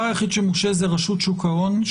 הדבר היחיד שמושהה זה רשות שוק ההון,